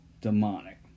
Demonic